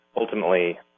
ultimately